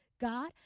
God